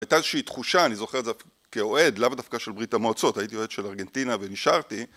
הייתה איזושהי תחושה, אני זוכר את זה כאוהד, לאו דווקא של ברית המועצות, הייתי אוהד של ארגנטינה ונשארתי